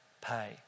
pay